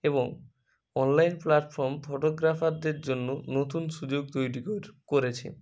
এবং online platform ফটোগ্রাফারদের জন্য নতুন সুযোগ তৈরি কর করেছে